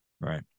Right